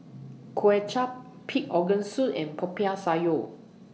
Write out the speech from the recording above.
Kway Chap Pig Organ Soup and Popiah Sayur